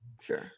sure